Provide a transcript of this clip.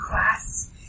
class